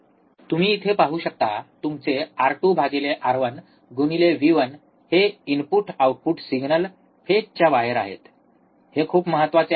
तुम्ही इथे पाहू शकता तुमचे R2 R1V1 हे इनपुट आउटपुट सिग्नल फेजच्या बाहेर आहेत हे खूप महत्वाचे आहे